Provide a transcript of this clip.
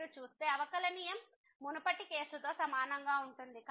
మీరు చూస్తే అవకలనియమం మునుపటి కేసుతో సమానంగా ఉంటుంది